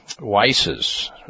Weiss's